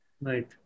Right